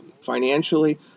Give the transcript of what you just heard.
financially